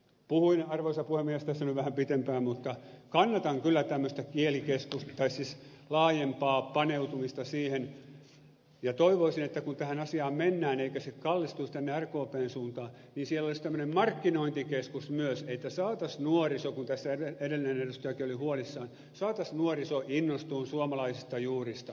puhuin arvoisa puhemies tässä nyt vähän pitempään mutta kannatan kyllä tämmöistä laajempaa paneutumista kielikeskukseen ja toivoisin että kun tähän asiaan mennään eikä se kallistuisi tänne rkpn suuntaan niin siellä olisi tämmöinen markkinointikeskus myös että saataisiin nuoriso kun tässä edellinen edustajakin oli huolissaan innostumaan suomalaisista juurista